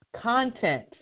content